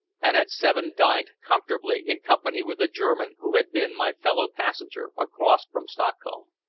and at seven dined comfortably in company with a german who had been my fellow-passenger across from stockholm.